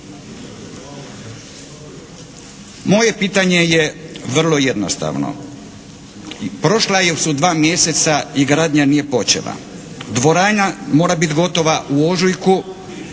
Moje pitanje je vrlo jednostavno. Prošla su dva mjeseca i gradnja nije počela. Dvorana mora biti gotova u ožujku